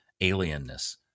alienness